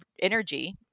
energy